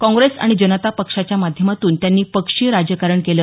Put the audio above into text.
काँग्रेस आणि जनता पक्षाच्या माध्यमातून त्यांनी पक्षीय राजकारण केलं